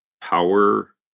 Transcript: power